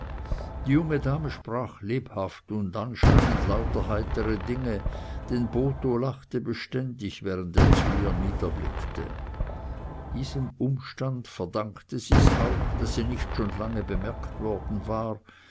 die junge dame sprach lebhaft und anscheinend lauter heitre dinge denn botho lachte beständig während er zu ihr niederblickte diesem umstande verdankte sie's auch daß sie nicht schon lange bemerkt worden war